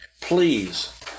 Please